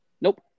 Nope